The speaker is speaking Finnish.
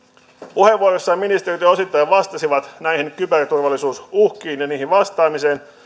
puheenvuoroissaan ministerit jo osittain vastasivat näihin kyberturvallisuusuhkiin ja niihin vastaamiseen